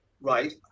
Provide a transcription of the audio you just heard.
Right